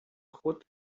خود